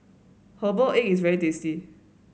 Herbal Egg is very tasty